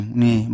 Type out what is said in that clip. ni